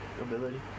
Ability